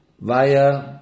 via